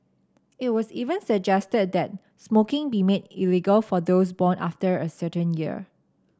it was even suggested that smoking be made illegal for those born after a certain year